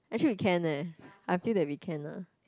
actually we can eh I feel that we can lah